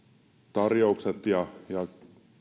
tarjoukset ovat täysin epäterveitä ja